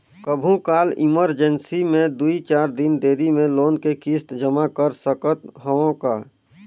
कभू काल इमरजेंसी मे दुई चार दिन देरी मे लोन के किस्त जमा कर सकत हवं का?